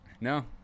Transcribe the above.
No